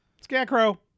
Scarecrow